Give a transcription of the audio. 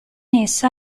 essa